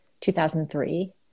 2003